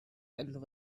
and